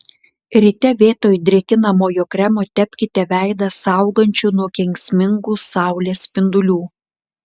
ryte vietoj drėkinamojo kremo tepkite veidą saugančiu nuo kenksmingų saulės spindulių